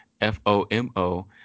F-O-M-O